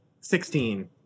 Sixteen